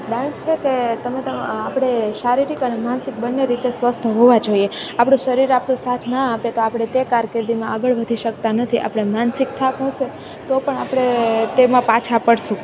dance છે કે તમે તમા આપણે શારીરિક અને માનસિક બંને રીતે સ્વસ્થ હોવા જોઈએ આપણું શરીર આપણું સાથ ના આપે તો આપણે તે કારકિર્દીમાં આગળ વધી શકતા નથી આપણે માનસિક થાક હશે તો પણ આપણે તેમાં પાછા પડીશું